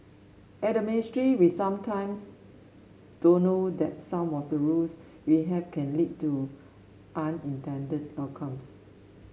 at the ministry we sometimes don't know that some of the rules we have can lead to unintended outcomes